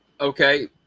Okay